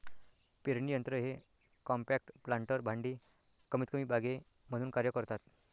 पेरणी यंत्र हे कॉम्पॅक्ट प्लांटर भांडी कमीतकमी बागे म्हणून कार्य करतात